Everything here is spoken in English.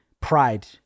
pride